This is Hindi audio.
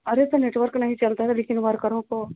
अरे तो नेटवर्क नहीं चलता लेकिन वर्करों को